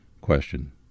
Question